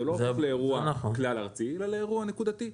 זה לא הופך לאירוע כלל-ארצי אלא לאירוע נקודתי,